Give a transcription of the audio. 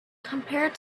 compared